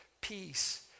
peace